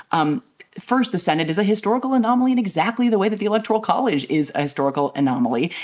um first, the senate is a historical anomaly in exactly the way that the electoral college is a historical anomaly.